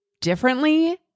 differently